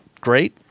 great